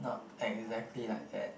not exactly like that